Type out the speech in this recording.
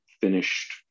finished